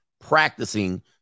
practicing